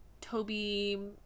Toby